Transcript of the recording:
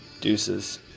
Deuces